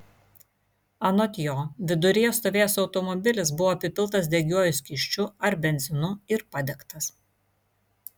anot jo viduryje stovėjęs automobilis buvo apipiltas degiuoju skysčiu ar benzinu ir padegtas